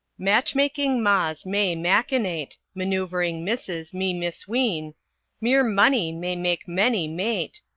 match-making mas may machinate, manoeuvring misses me misween mere money may make many mate,